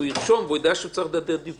הוא ירשום והוא יידע שהוא צריך לתת דיווח.